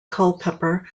culpeper